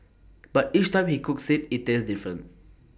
but each time he cooks IT it tastes different